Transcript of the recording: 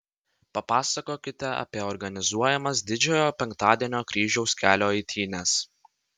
papasakokite apie organizuojamas didžiojo penktadienio kryžiaus kelio eitynes